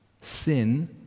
Sin